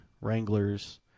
Wranglers